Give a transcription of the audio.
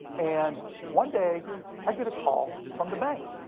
and one day i get a call from the bank.